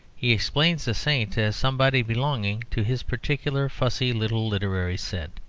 he explains a saint as somebody belonging to his particular fussy little literary set.